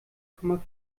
komma